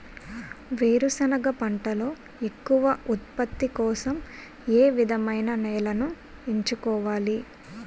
వేరుసెనగ పంటలో ఎక్కువ ఉత్పత్తి కోసం ఏ విధమైన నేలను ఎంచుకోవాలి?